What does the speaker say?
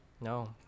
No